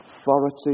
authority